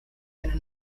eine